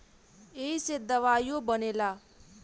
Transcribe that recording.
ऐइसे दवाइयो बनेला